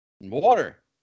water